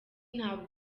ntabwo